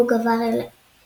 בו גבר אלשייך,